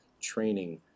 training